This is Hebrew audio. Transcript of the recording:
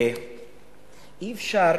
אי-אפשר,